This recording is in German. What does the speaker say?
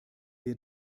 wir